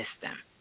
system